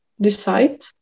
decide